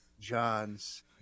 Johns